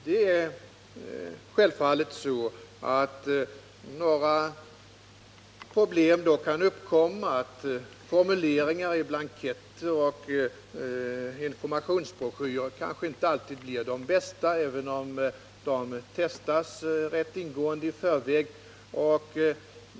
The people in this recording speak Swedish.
Det kan då självfallet uppkomma problem; formuleringarna i blanketter och informationsbroschyrer kanske inte alltid blir de bästa, även om de testas rätt ingående i förväg.